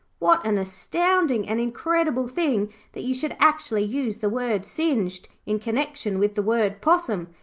what an astounding and incredible thing that you should actually use the word singed in connexion with the word possum.